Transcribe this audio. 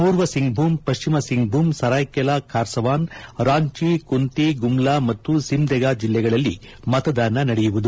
ಪೂರ್ವ ಸಿಂಗ್ ಭೂಮ್ ಪಶ್ಚಿಮ ಸಿಂಗ್ ಭೂಮ್ ಸರಾಯ್ಕೆಲಾ ಖಾರ್ಸವಾನ್ ರಾಂಚಿ ಕುಂತಿ ಗುಮ್ಲಾ ಮತ್ತು ಸಿಮ್ದೆಗಾ ಜಿಲ್ಲೆಗಳಲ್ಲಿ ಮತದಾನ ನಡೆಯುವುದು